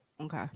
Okay